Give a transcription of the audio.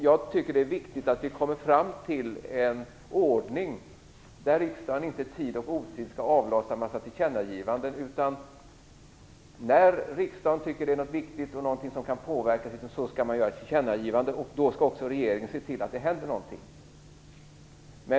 Jag tycker att det är viktigt att vi kommer fram till en ordning där riksdagen inte i tid och otid skall avlossa en massa tillkännagivanden. Men när riksdagen tycker att det är någonting viktigt och någonting som man kan påverka skall man göra ett tillkännagivande. Då skall också regeringen se till att det händer någonting.